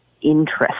interest